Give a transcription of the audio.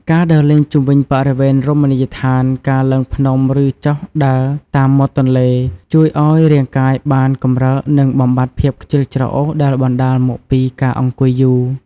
ការដើរលេងជុំវិញបរិវេណរមណីយដ្ឋាន ការឡើងភ្នំឬចុះដើរតាមមាត់ទន្លេ ជួយឲ្យរាងកាយបានកម្រើកនិងបំបាត់ភាពខ្ជិលច្រអូសដែលបណ្តាលមកពីការអង្គុយយូរ។